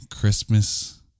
Christmas